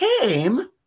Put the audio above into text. came